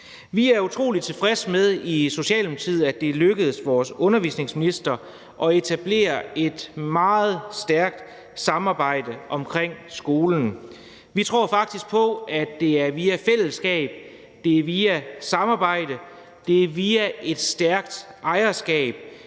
Vi er utrolig tilfredse med i Socialdemokratiet, at det lykkedes vores undervisningsminister at etablere et meget stærkt samarbejde omkring skolen. Vi tror faktisk på, at det er via fællesskab, at det er via samarbejde, at det via et stærkt ejerskab,